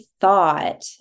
thought